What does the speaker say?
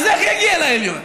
אז איך יגיע לעליון?